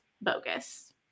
bogus